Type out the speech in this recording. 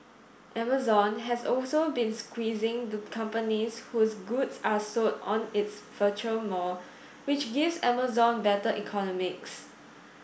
Amazon has also been squeezing the companies whose goods are sold on its virtual mall which gives Amazon better economics